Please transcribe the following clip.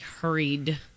hurried